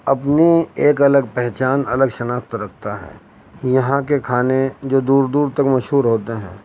اپنی ایک الگ پہچان الگ شناخت رکھتا ہے یہاں کے کھانے جو دور دور تک مشہور ہوتے ہیں